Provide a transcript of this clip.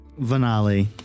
Vanali